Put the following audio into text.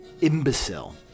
imbecile